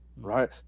Right